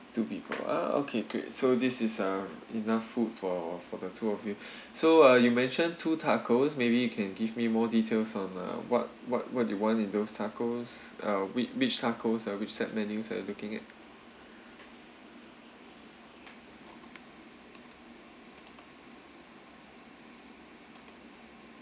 two people uh okay great so this is uh enough food for for the two of you so uh you mention two tacos maybe you can give me more details on uh what what what do you want in those tacos uh whi~ which tacos and which set of menus you are looking at